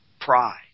Pride